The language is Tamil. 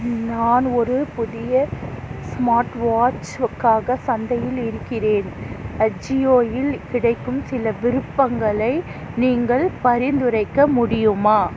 நான் ஒரு புதிய ஸ்மார்ட்வாச்சுக்காக சந்தையில் இருக்கிறேன் அஜியோயில் கிடைக்கும் சில விருப்பங்களை நீங்கள் பரிந்துரைக்க முடியுமா